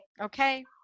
Okay